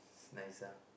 nice ah